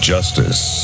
Justice